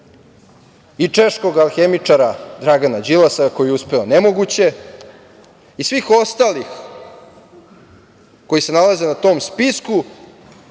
i češkog alhemičara Dragana Đilasa koji je uspeo nemoguće i svih ostalih koji se nalaze na tom spisku,